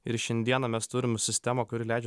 ir šiandieną mes turim sistemą kuri leidžia